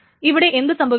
ഇവിടെ എന്തു സംഭവിക്കും